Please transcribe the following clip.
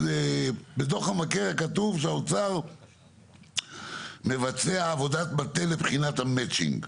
בתוך ה --- כתוב שהאוצר מבצע עבודת מטה לבחינת המצ'ינג.